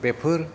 बेफोर